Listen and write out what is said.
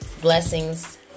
Blessings